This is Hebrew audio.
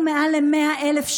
תודה רבה.